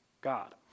God